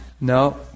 No